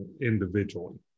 individually